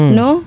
no